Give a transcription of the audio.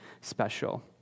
special